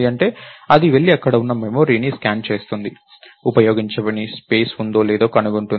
malloc ఏమి చేస్తుంది అంటే అది వెళ్లి అక్కడ ఉన్న మెమరీని స్కాన్ చేస్తుంది ఉపయోగించని స్పేస్ ఉందో లేదో కనుగొంటుంది